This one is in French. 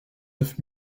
neuf